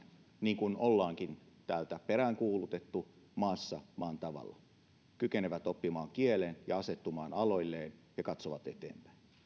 niin kuin ollaankin täältä peräänkuulutettu maassa maan tavalla että he kykenevät oppimaan kielen ja asettumaan aloilleen ja katsovat eteenpäin